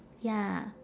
ya